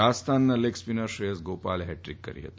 રાજસ્થાનના leg spinner Shreyas ગોપાલે hat trick કરી હતી